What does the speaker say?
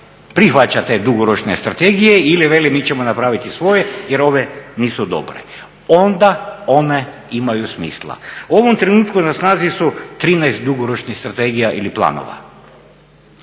prihvaća te dugoročne strategije ili veli mi ćemo napraviti svoje jer ove nisu dobre onda one imaju smisla. U ovom trenutku na snazi su 13 dugoročnih strategija ili planova,